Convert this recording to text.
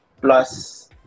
Plus